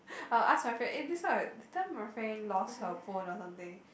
I'll ask my friend eh this one that time my friend lost her phone or something